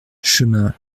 chemin